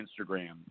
Instagram